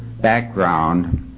background